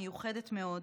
מיוחדת מאוד,